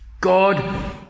God